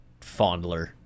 fondler